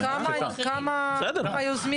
אז כמה היוזמים?